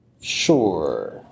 Sure